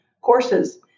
courses